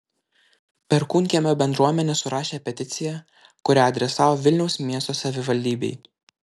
perkūnkiemio bendruomenė surašė peticiją kurią adresavo vilniaus miesto savivaldybei